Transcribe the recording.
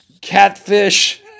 catfish